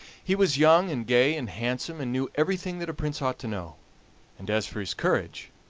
he was young, and gay, and handsome, and knew everything that a prince ought to know and as for his courage,